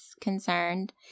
concerned